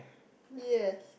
yes